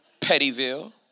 Pettyville